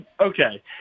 Okay